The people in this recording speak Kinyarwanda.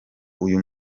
uyu